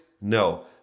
No